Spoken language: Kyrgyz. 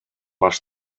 баш